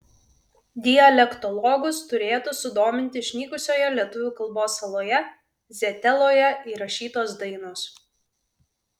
dialektologus turėtų sudominti išnykusioje lietuvių kalbos saloje zieteloje įrašytos dainos